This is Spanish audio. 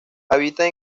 habita